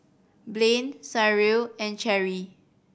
Blane Cyril and Cherry